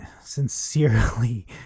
sincerely